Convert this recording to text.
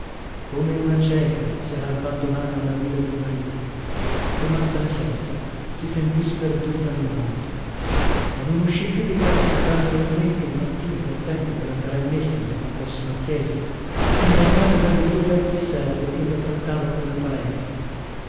come una cieca sera abbandonata alla guida del marito rimastane senza si sentì sperduta nel mondo e non uscì più di casa tranne le domeniche di mattina per tempo per andare a messa nella prossima chiesa accompagnata dalle due vecchie serve chella trattava come parenti